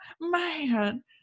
man